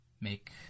Make